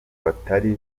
batari